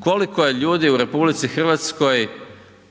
koliko je ljudi u RH u trenutku